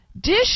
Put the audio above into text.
dish